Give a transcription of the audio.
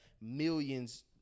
millions